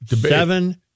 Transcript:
Seven